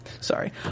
Sorry